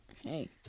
hey